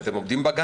אתם עומדים בו?